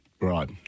Right